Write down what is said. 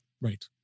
Right